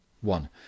one